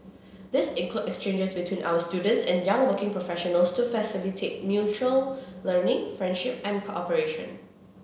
these include exchanges between our students and young working professionals to facilitate mutual learning friendship and cooperation